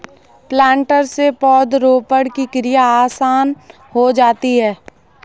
planter से पौधरोपण की क्रिया आसान हो जाती है